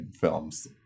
films